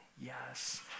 yes